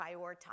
prioritize